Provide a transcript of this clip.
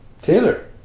Taylor